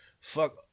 Fuck